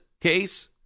case